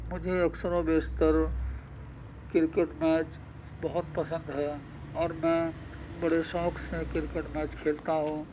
مجھے اکثر و بیستر کرکٹ میچ بہت پسند ہے اور میں بڑے شوق سے کرکٹ میچ کھیلتا ہوں